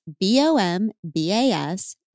B-O-M-B-A-S